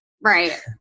Right